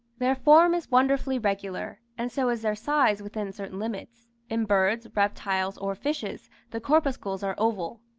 their form is wonderfully regular, and so is their size within certain limits in birds, reptiles, or fishes, the corpuscles are oval.